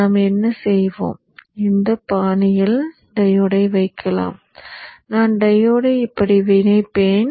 நாம் என்ன செய்வோம் இந்த பாணியில் டையோடை வைக்கலாம் நான் டையோடை இப்படி இணைப்பேன்